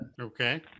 Okay